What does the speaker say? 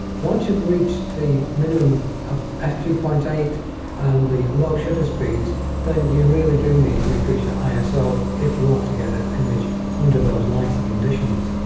once you've reached the minimum of f two point eight and the low shutter speeds then you really do need to increase your iso if you want to get a image under those lighting conditions.